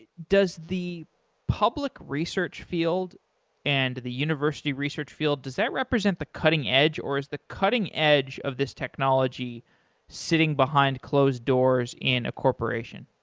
does the public research field and the university research field, does that represent the cutting edge or is the cutting edge of this technology sitting behind closed doors in a corporation?